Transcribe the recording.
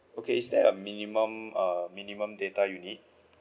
okay is there a minimum uh minimum data you need